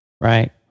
Right